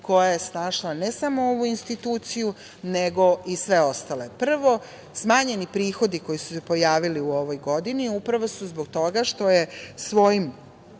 koja je snašla ne samo ovu instituciju, nego i sve ostale. Prvo, smanjeni prihodi koji su se pojavili u ovoj godini upravo su zbog toga što je svojim